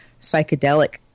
psychedelic